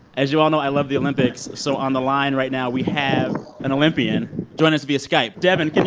as you all know, i love the olympics. so on the line right now, we have an olympian join us via skype. devin, can